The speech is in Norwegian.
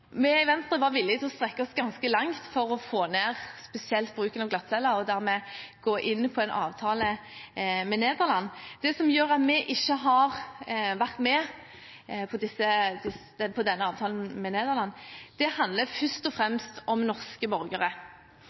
Vi i Venstre var villig til å strekke oss ganske langt for å få ned spesielt bruken av glattceller, og dermed gå inn på en avtale med Nederland. Det som gjør at vi ikke har vært med på denne avtalen med Nederland, handler først og fremst om norske borgere.